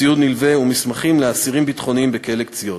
ציוד נלווה ומסמכים לאסירים ביטחוניים בכלא "קציעות".